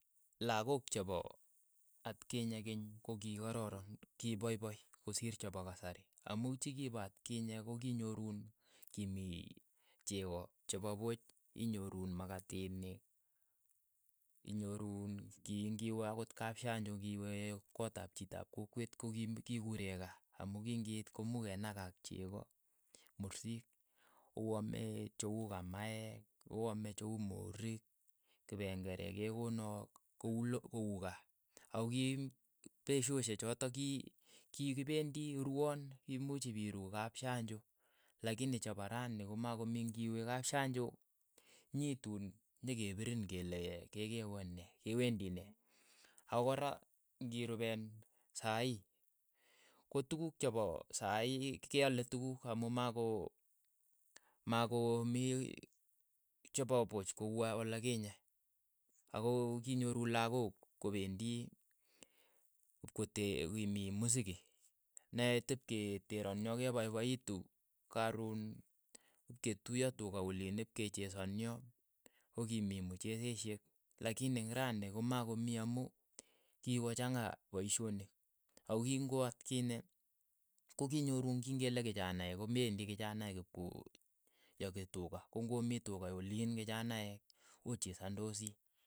Lakook chepo atkinye keny ko ki kororon, ki poipoi kosiir chepo kasari, amu chikipo atkinye ko kinyoruun kimi cheko chepo puuch, inyorun makatinik, inyoruun ki ng'iwe akot kapshanjo kiwe koot ap chiito ap kokweet koki kikuure kaa, amu king'iit ko much kenakaak cheko mursik oame che uu kamaek oame che uu moriik, kipeng'ere kekonook, ko ulo ko uu kaa, ako kii peshoshek chotok kii kikipendi rwoon, imuuch ipiru kapshanjo lakini cha pa rani komakomii, ng'iwe kapshanjo nyituun, nyekepirin kele kekewe nee, kewendii nee, ak ko kora, ngirupeen sai, kotukuuk chepo saii keaale tukkuk amu mako makomii chepo puch ku olekinye. ako kinyoru lakok ko pendi kipkote kimi musiki, neit ipketeryono kepoipoitu karoon ipketuyo tuka oliin ipke chesonio. ko ki mii mcheseshek, lakini ing' rani komakomii amu kikochanga paishoniik, ak ko king'o atkinye, ko ki nyoru king'ele kichanaeek komendi kichanaek kipkoyaki tuka, ko ng'omii tuka oliin kichanaek ochesandosii.